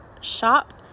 shop